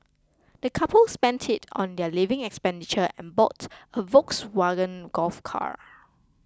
the couple spent it on their living expenditure and bought a Volkswagen Golf car